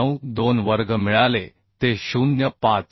2692 वर्ग मिळाले ते 0 5